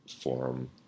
forum